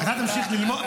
אתה תמשיך ללמוד.